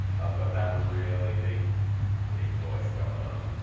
i've got that really deep deep voice going on.